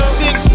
six